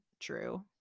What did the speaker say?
true